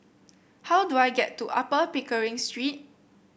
how do I get to Upper Pickering Street